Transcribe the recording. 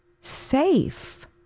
safe